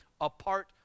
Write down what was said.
Apart